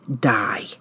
die